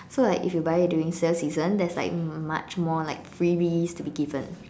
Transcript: so like if you buy it during sale season there's like much more like freebies to be given